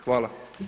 Hvala.